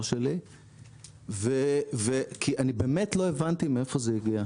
שלי כי אני באמת לא הבנתי מאיפה זה הגיע.